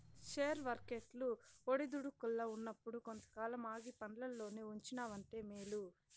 share వర్కెట్లు ఒడిదుడుకుల్ల ఉన్నప్పుడు కొంతకాలం ఆగి పండ్లల్లోనే ఉంచినావంటే మేలు